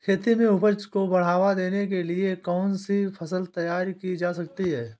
खेती में उपज को बढ़ावा देने के लिए कौन सी फसल तैयार की जा सकती है?